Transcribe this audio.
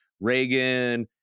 Reagan